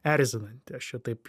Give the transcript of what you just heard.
erzinanti šitaip